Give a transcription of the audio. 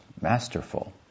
masterful